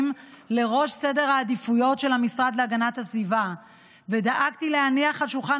לראש סדר העדיפויות של המשרד להגנת הסביבה ודאגתי להניח על שולחן